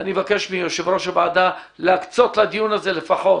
אני אבקש מיושב ראש הוועדה להקצות לדיון הזה לפחות